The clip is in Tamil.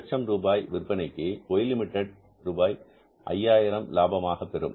100000 ரூபாய் விற்பனைக்கு Y லிமிடெட் ரூபாய் 5 ஆயிரத்தை லாபமாக பெறும்